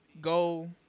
go